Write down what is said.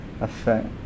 affect